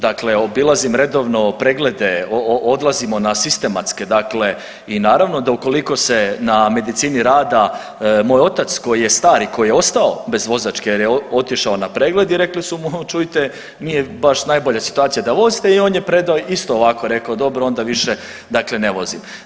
Dakle obilazim redovno preglede, odlazimo na sistematske, dakle i naravno da ukoliko se na medicini rada, moj otac koji je star i koji je ostao bez vozačke jer je otišao na pregled i rekli su mu, čujte, nije baš najbolja situacija da vozite i on je predao isto ovako, rekao dobro, onda više dakle ne vozim.